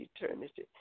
eternity